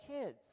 kids